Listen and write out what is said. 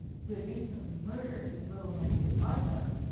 who had recently murdered his little nephew arthur,